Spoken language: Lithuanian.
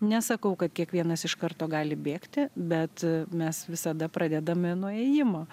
nesakau kad kiekvienas iš karto gali bėgti bet mes visada pradedame nuo ėjimo